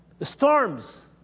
storms